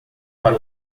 para